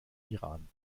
iran